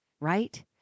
right